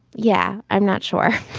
yeah, i'm not sure.